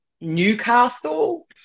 Newcastle